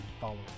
followers